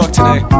today